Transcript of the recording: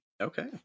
okay